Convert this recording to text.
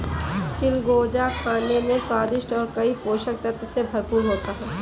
चिलगोजा खाने में स्वादिष्ट और कई पोषक तत्व से भरपूर होता है